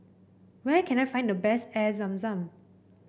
where can I find the best Air Zam Zam